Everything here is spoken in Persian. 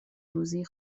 روزی